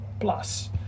plus